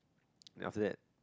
then after that